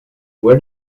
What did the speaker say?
where